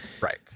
Right